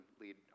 lead